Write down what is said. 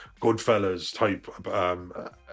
Goodfellas-type